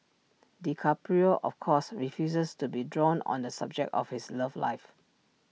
DiCaprio of course refuses to be drawn on the subject of his love life